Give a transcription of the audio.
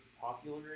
popular